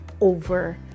over